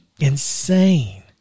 Insane